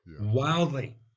wildly